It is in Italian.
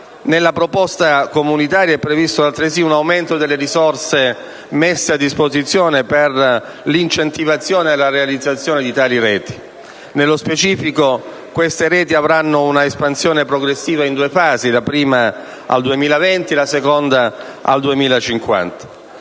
Nella proposta comunitaria è previsto altresì un aumento delle risorse messe a disposizione per l'incentivazione e la realizzazione di tali reti. Nello specifico, queste reti avranno un'espansione progressiva in due fasi, la prima al 2020 e la seconda al 2050.